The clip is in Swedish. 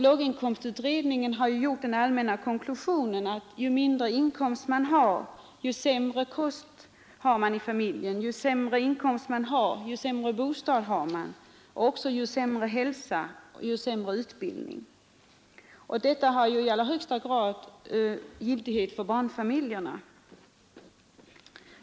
Låginkomstutredningen har kommit till den allmänna konklusionen att ju mindre inkomst man har, ju sämre kost har man i familjen, ju sämre bostad har man, ju sämre hälsa och ju sämre utbildning. Detta har i allra högsta grad giltighet för barnfamiljerna.